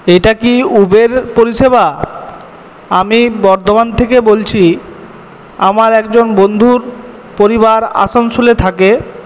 এটা কি উবের পরিষেবা আমি বর্ধমান থেকে বলছি আমার একজন বন্ধুর পরিবার আসানসোলে থাকে